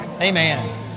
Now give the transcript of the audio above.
Amen